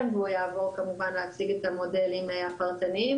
והוא יעבור כמובן להציג את המודלים הפרטניים.